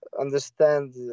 Understand